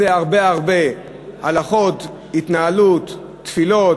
כרוכות בזה הרבה הלכות, התנהלות, תפילות,